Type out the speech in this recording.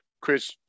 Chris